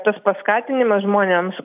tas paskatinimas žmonėms